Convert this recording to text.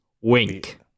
Wink